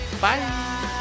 Bye